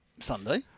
sunday